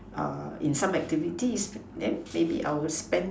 uh in some activities then maybe I will spend